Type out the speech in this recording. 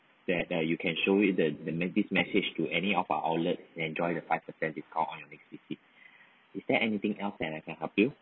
that uh you can show it the the this message to any of our outlet and enjoy your five percent discount on your next visit is there anything else that I can help you